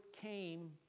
came